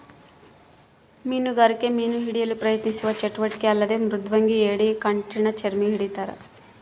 ಮೀನುಗಾರಿಕೆ ಮೀನು ಹಿಡಿಯಲು ಪ್ರಯತ್ನಿಸುವ ಚಟುವಟಿಕೆ ಅಲ್ಲದೆ ಮೃದಂಗಿ ಏಡಿ ಕಠಿಣಚರ್ಮಿ ಹಿಡಿತಾರ